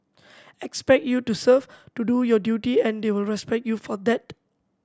expect you to serve to do your duty and they will respect you for that